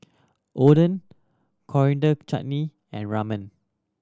Oden Coriander Chutney and Ramen